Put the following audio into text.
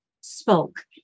spoke